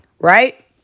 right